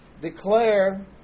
declare